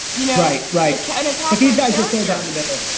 you know right right. can attack these guys walking down the middle.